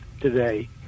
today